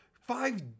five